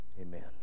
Amen